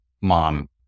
mom